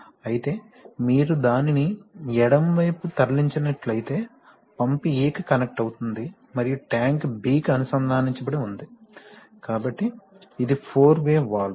అయితే మీరు దానిని ఎడమ వైపుకు తరలించినట్లయితే పంపు A కి కనెక్ట్ అవుతుంది మరియు ట్యాంక్ B కి అనుసంధానించబడి ఉంది కాబట్టి ఇది ఫోర్ వే వాల్వ్